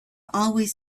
always